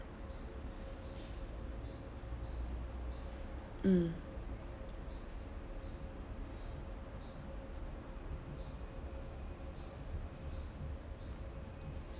mm